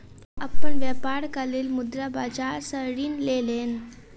ओ अपन व्यापारक लेल मुद्रा बाजार सॅ ऋण लेलैन